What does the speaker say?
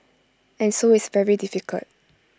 and so it's very difficult